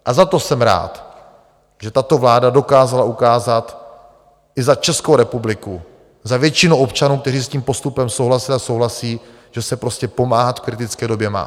A za to jsem rád, že tato vláda dokázala ukázat i za Českou republiku, za většinu občanů, kteří s tím postupem souhlasili a souhlasí, že se pomáhat v kritické době prostě má.